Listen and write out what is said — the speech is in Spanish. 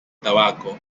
tabaco